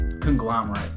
conglomerate